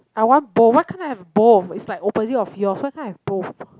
I want both why can't I have both it's like opposite of yours why can't I have both